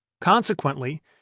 Consequently